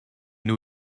new